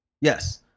yes